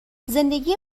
زندگی